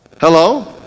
hello